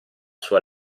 sua